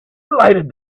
lighted